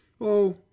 Oh